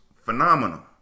phenomenal